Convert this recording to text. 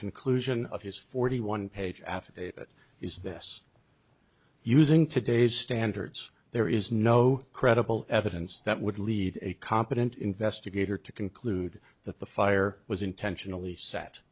conclusion of his forty one page affidavit is this using today's standards there is no credible evidence that would lead a competent investigator to conclude that the fire was intentionally set